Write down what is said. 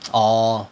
orh